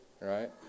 right